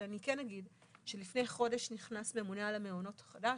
אבל אני אגיד שלפני חודש נכנס ממונה על המעונות החדש,